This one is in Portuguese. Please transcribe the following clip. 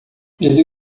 ele